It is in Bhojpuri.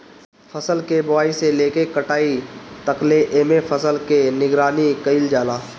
फसल के बोआई से लेके कटाई तकले एमे फसल के निगरानी कईल जाला